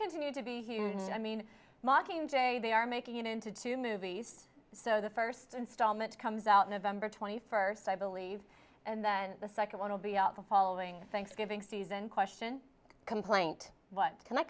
continue to be huge i mean mockingjay they are making it into two movies so the first installment comes out november twenty first i believe and then the second one will be out the following thanksgiving season question complaint what can i